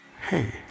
Hey